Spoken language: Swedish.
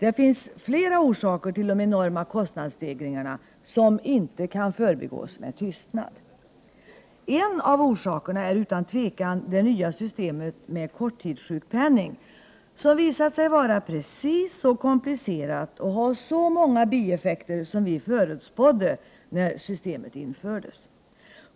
Det finns flera orsaker till de enorma kostnadsstegringarna, som inte kan förbigås med tystnad. En av orsakerna är utan tvivel det nya systemet för korttidssjukpenning, som visat sig vara precis så komplicerat och ha så många bieffekter som vi förutspådde när systemet infördes.